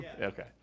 Okay